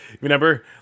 remember